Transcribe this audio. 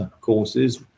courses